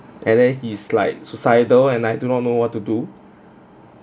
and then he is like suicidal and I do not know what to do